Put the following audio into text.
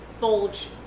bulge